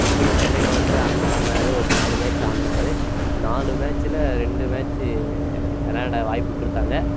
இப்பயும் சென்னையில் வந்து அண்ணா ஆடினாரு ஒரு நாலு மேட்ச் ஆடினாரு நாலு மேட்ச்சில் ரெண்டு மேட்ச்சி விளாட வாய்ப்பு கொடுத்தாங்க